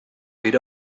read